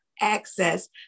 access